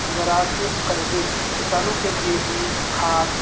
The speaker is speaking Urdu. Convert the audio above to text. زراعتی قرضے کسانوں کے لیے بیج کھاد